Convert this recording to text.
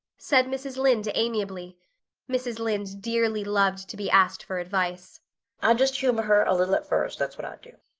said mrs. lynde amiably mrs. lynde dearly loved to be asked for advice i'd just humor her a little at first, that's what i'd do.